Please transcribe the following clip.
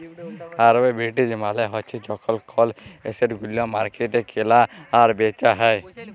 arbitrage মালে হ্যচ্যে যখল কল এসেট ওল্য মার্কেটে কেলা আর বেচা হ্যয়ে